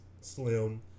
slim